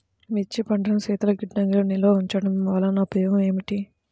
మిర్చి పంటను శీతల గిడ్డంగిలో నిల్వ ఉంచటం వలన ఉపయోగం ఏమిటి?